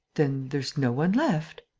then there's no one left.